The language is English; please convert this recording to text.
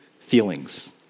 feelings